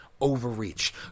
overreach